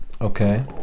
okay